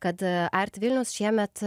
kad art vilnius šiemet